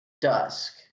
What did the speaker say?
dusk